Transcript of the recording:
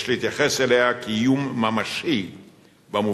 יש להתייחס אליה כאל איום ממשי במובן